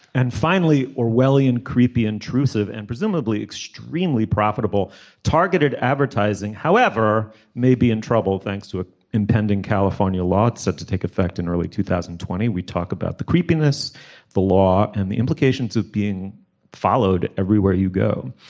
and finally orwellian creepy intrusive and presumably extremely profitable targeted advertising however may be in trouble thanks to a impending california law set to take effect in early two thousand and twenty we talk about the creepiness the law and the implications of being followed everywhere you go.